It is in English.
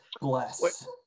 bless